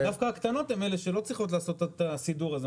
דווקא הקטנות הן אלה שלא צריכות לעשות את הסידור הזה.